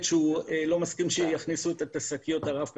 שהוא לא מסכים שיכניסו את השקיות הרב פעמיות.